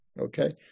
Okay